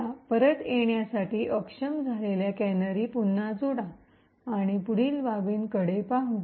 चला परत येण्यासाठी अक्षम झालेल्या कॅनरी पुन्हा जोडा आणि पुढील बाबीकडे पाहू